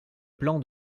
plan